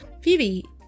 Phoebe